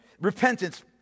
repentance